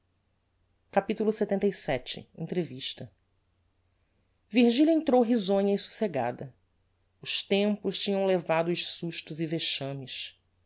virgilia capitulo lxxvii entrevista virgilia entrou risonha e socegada os tempos tinham levado os sustos e vexames